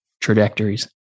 trajectories